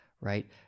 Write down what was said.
Right